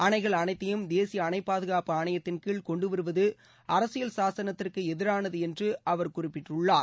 அணைகள் அனைத்தையும் தேசிய அணை பாதுகாப்பு ஆணையத்தின் கீழ் கொண்டு வருவது அரசியல் சாசனத்திற்கு எதிரானது என்று அவர் குறிப்பிட்டுள்ளார்